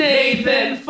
Nathan